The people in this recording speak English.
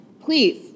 please